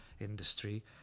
industry